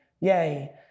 yay